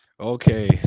Okay